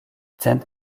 cent